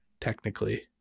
technically